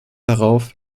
darauf